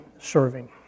serving